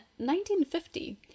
1950